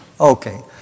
Okay